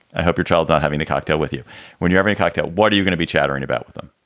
help your child out having a cocktail with you when you have any cocktail. what are you gonna be chattering about with them?